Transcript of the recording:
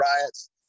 riots